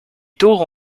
tours